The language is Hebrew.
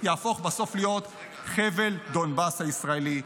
יהפוך בסוף להיות חבל דונבאס הישראלי,